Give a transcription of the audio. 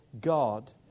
God